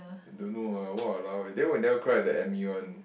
don't know ah !walao! eh then why you never cry the Emmy one